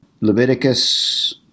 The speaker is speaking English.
Leviticus